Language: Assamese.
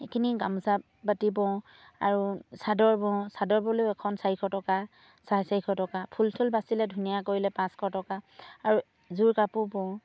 এইখিনি গামোচা বওঁ আৰু চাদৰ বওঁ চাদৰ বলেও এখন চাৰিশ টকা চাৰে চাৰিশ টকা ফুল চুল বাচিলে ধুনীয়া কৰিলে পাঁচশ টকা আৰু যোৰ কাপোৰ বওঁ